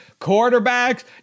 quarterbacks